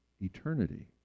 eternity